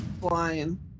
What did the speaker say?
Flying